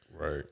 right